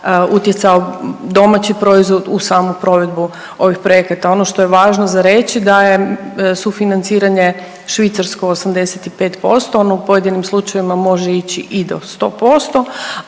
utjecao domaći proizvod u samu provedbu ovih projekata. Ono što je važno za reći da je sufinanciranje švicarsko 85%, ono u pojedinim slučajevima može ići i do 100%,